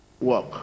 work